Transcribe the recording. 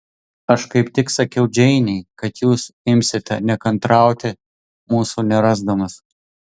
aš kaip tik sakiau džeinei kad jūs imsite nekantrauti mūsų nerasdamas